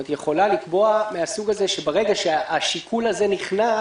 היא יכולה לקבוע שברגע שהשיקול הזה נכנס